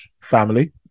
family